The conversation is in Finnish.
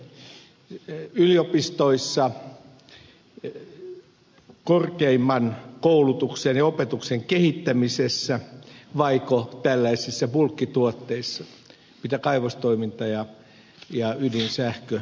onko se yliopistoissa korkeimman koulutuksen ja opetuksen kehittämisessä vaiko tällaisissa bulkkituotteissa mitä kaivostoiminta ja ydinsähkö ovat